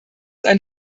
ein